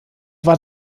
war